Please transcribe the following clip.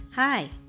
Hi